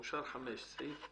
הצבעה בעד סעיף 4 פה אחד סעיף 4,